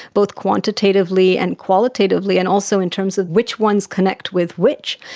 both quantitatively and qualitatively and also in terms of which ones connect with which,